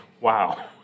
wow